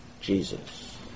Jesus